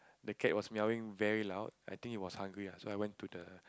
the cat was meowing very loud I think it was hungry lah so I went to the